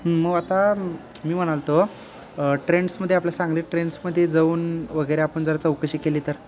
मग आता मी म्हणालो होतो ट्रेंड्समध्ये आपल्या सांगली ट्रेंड्समध्ये जाऊन वगैरे आपण जरा चौकशी केली तर